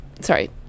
sorry